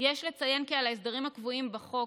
יש לציין כי על ההסדרים הקבועים בחוק